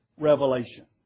revelation